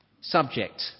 subject